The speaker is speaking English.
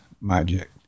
magic